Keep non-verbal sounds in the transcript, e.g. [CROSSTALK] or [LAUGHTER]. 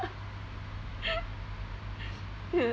[LAUGHS]